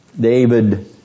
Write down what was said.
David